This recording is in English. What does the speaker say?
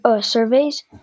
surveys